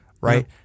right